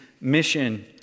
mission